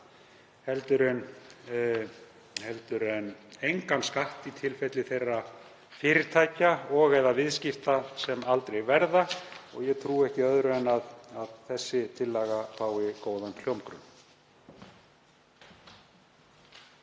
skatt en engan skatt í tilfelli þeirra fyrirtækja og/eða viðskipta sem aldrei verða. Ég trúi ekki öðru en að þessi tillaga fái góðan hljómgrunn.